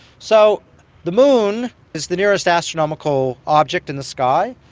so the moon is the nearest astronomical object in the sky,